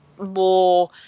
more